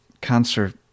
cancer